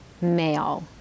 male